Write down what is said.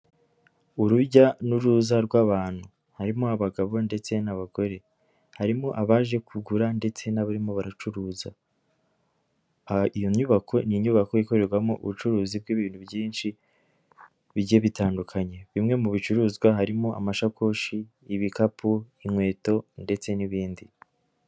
Urujya n'uruza rw'abantu harimo abagabo ndetse n'abagore, harimo abaje kugura ndetse n'abarimo baracuruza. Iyi nyubako ni inyubako ikorerwamo ubucuruzi bw'ibintu byinshi bigiye bitandukanye, bimwe mu bicuruzwa harimo amashakoshi, ibikapu, inkweto ndetse n'ibindi.